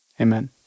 Amen